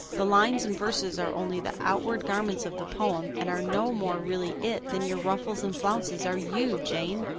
the lines and verses are only the outward garments of the poem and are no more really it than your ruffles and flounces are you, jane.